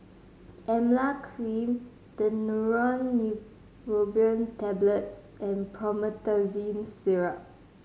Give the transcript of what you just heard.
Emla Cream Daneuron Neurobion Tablets and Promethazine Syrup